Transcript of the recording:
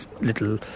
little